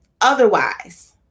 otherwise